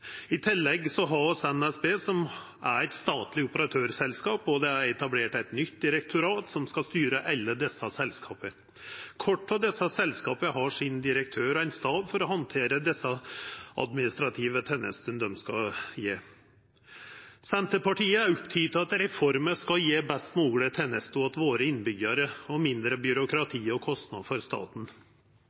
I tillegg har vi NSB, som er eit statleg operatørselskap, og det er etablert eit nytt direktorat som skal styre alle desse selskapa. Kvart av desse selskapa har sin direktør og ein stab for å handtera dei administrative tenestene dei skal gje. Senterpartiet er oppteke av at reformer skal gje best moglege tenester til innbyggjarane våre og mindre byråkrati